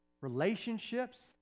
relationships